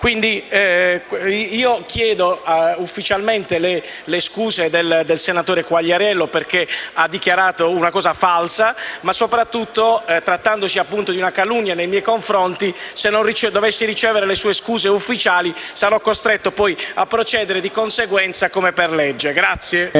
in Aula. Chiedo ufficialmente le scuse del senatore Quagliariello, perché ha dichiarato una cosa falsa. Ma soprattutto, trattandosi di una calunnia nei miei confronti, se non dovessi ricevere le sue scuse ufficiali, sarò costretto poi a procedere di conseguenza, ai sensi della legge.